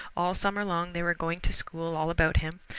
all summer long they were going to school all about him,